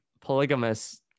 Polygamous